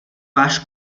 váš